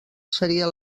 seria